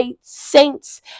saints